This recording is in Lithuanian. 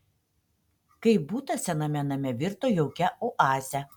kaip butas sename name virto jaukia oaze